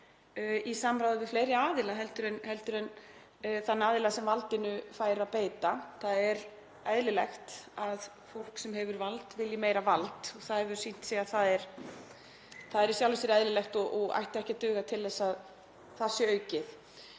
í samráði við fleiri aðila heldur en þann aðila sem valdinu fær að beita. Það er eðlilegt að fólk sem hefur vald vilji meira vald og það hefur sýnt sig að það er í sjálfu sér eðlilegt og ætti ekki að duga til þess að það sé aukið.